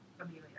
Amelia